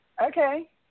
Okay